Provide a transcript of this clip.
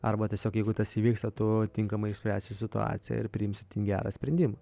arba tiesiog jeigu tas įvyksta tuo tinkamai išspręsti situaciją ir priimsi ten gerą sprendimą